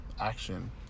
action